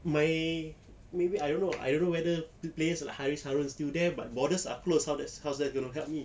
my maybe I don't know I don't know whether players like haris harun still there but borders are closed how's that how's that gonna help me